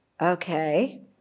okay